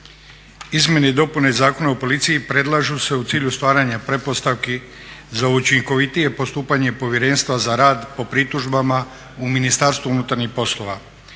Izmjene i dopune Zakona o policiji predlažu se u cilju stvaranja pretpostavki za učinkovitije postupanje Povjerenstva za rad po pritužbama u Ministarstvu unutarnjih poslova